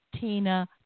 Tina